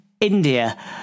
India